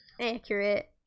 Accurate